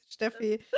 steffi